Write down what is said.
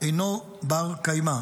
אינו בר קיימה.